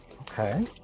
Okay